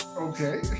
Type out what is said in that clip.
Okay